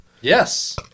Yes